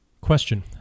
question